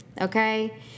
okay